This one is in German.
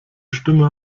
stimme